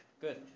good